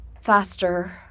Faster